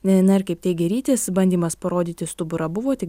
na ir kaip teigia rytis bandymas parodyti stuburą buvo tik